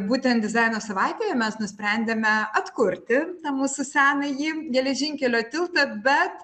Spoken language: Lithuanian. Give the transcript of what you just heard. būtent dizaino savaitėje mes nusprendėme atkurti mūsų senąjį geležinkelio tiltą bet